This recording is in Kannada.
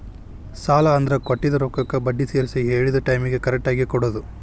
ಸಾಲ ಅಂದ್ರ ಕೊಟ್ಟಿದ್ ರೊಕ್ಕಕ್ಕ ಬಡ್ಡಿ ಸೇರ್ಸಿ ಹೇಳಿದ್ ಟೈಮಿಗಿ ಕರೆಕ್ಟಾಗಿ ಕೊಡೋದ್